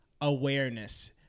awareness